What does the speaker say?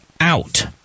out